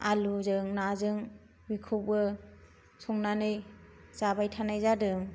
आलुजों नाजों बेखौबो संनानै जाबाय थानाय जादों